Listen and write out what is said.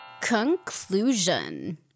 Conclusion